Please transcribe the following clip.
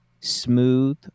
smooth